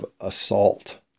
assault